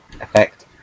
effect